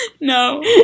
No